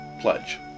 Pledge